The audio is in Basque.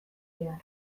behar